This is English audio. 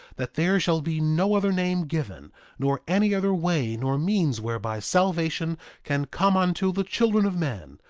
that there shall be no other name given nor any other way nor means whereby salvation can come unto the children of men,